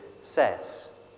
says